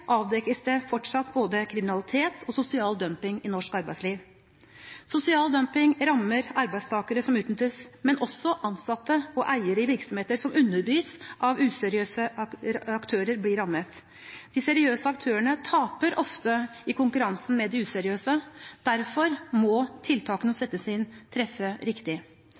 avdekkes det fortsatt både kriminalitet og sosial dumping i norsk arbeidsliv. Sosial dumping rammer arbeidstakere som utnyttes, men også ansatte og eiere i virksomheter som underbys av useriøse aktører, blir rammet. De seriøse aktørene taper ofte i konkurransen med de useriøse. Derfor må tiltakene som settes inn, treffe riktig.